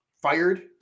Fired